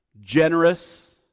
generous